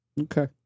Okay